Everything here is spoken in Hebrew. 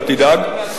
אל תדאג,